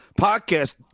podcast